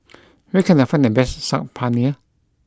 where can I find the best Saag Paneer